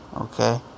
okay